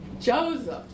Joseph